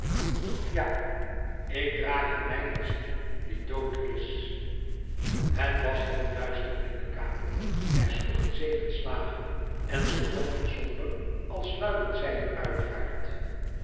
ja ik draag in mij een ziel die dood is het was heel duister in de kamer er sloegen zeven slagen en ze klonken somber als luidden zij een uitvaart